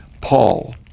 Paul